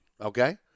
Okay